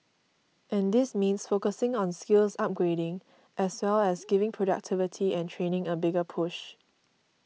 and this means focusing on skills upgrading as well as giving productivity and training a bigger push